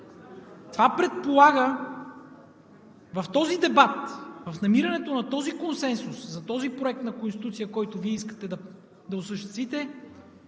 Това предполага в този дебат, в намирането на този консенсус за този проект на Конституция, който Вие искате да осъществите,